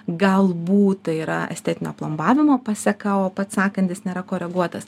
galbūt tai yra estetinio plombavimo paseka o pats sąkandis nėra koreguotas